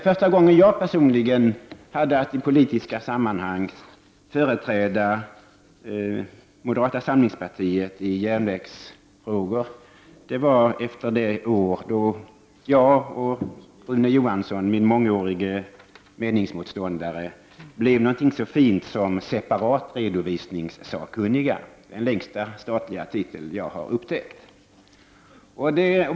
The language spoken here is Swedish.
Första gången jag personligen hade att i politiska sammanhang företräda moderata samlingspartiet i järnvägsfrågor var efter det år då jag och Rune Johansson, min mångårige meningsmotståndare, blev någonting så fint som separatredovisningssakkunniga, den längsta statliga titel jag har upptäckt.